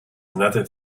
another